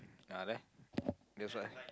ah there that's why